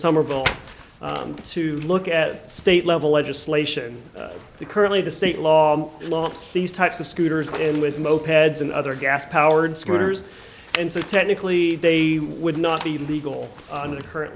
somerville to look at state level legislation currently the state law these types of scooters and with mopeds and other gas powered scooters and so technically they would not be legal under the current